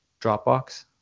Dropbox